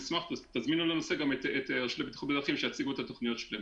תזמינו לנושא גם את הרשות לבטיחות בדרכים שיציגו את התוכניות שלהם.